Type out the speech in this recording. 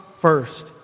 first